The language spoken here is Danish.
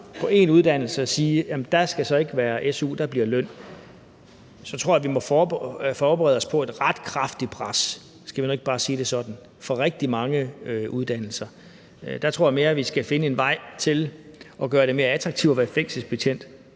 om en uddannelse at sige, at der ikke skal være su, der skal være løn, så tror jeg vi må forberede os på et ret kraftigt pres – skal vi nu ikke bare sige det sådan? – fra rigtig mange uddannelser. Der tror jeg mere, at vi skal finde en vej til at gøre det mere attraktivt at være fængselsbetjent;